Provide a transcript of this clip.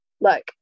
look